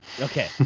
Okay